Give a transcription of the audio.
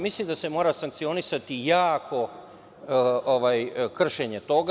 Mislim da se mora sankcionisati jako kršenje toga.